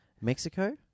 Mexico